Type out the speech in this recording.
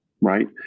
right